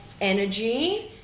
energy